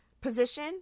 position